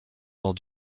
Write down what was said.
dans